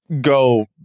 go